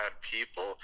people